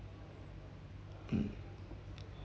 mm